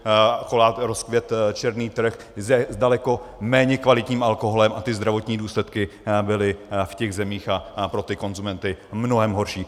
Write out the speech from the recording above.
Akorát rozkvetl černý trh s daleko méně kvalitním alkoholem a zdravotní důsledky byly v těch zemích a pro ty konzumenty mnohem horší.